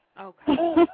Okay